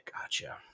gotcha